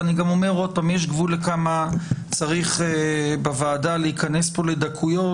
אני גם אומר שוב שיש גבול לכמה צריך בוועדה להיכנס לדקויות.